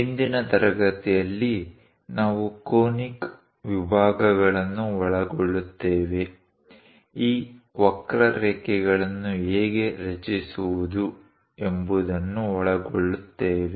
ಇಂದಿನ ತರಗತಿಯಲ್ಲಿ ನಾವು ಕೋನಿಕ್ ವಿಭಾಗಗಳನ್ನು ಒಳಗೊಳ್ಳುತ್ತೇವೆ ಈ ವಕ್ರಾರೇಖೆಗಳನ್ನು ಹೇಗೆ ರಚಿಸುವುದು ಎಂಬುದನ್ನು ಒಳಗೊಳ್ಳುತ್ತೇವೆ